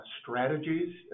strategies